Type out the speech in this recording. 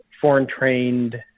foreign-trained